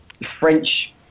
French